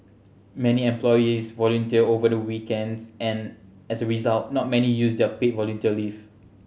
many employees volunteer over the weekends and as a result not many use their paid volunteer leave